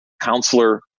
counselor